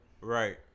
Right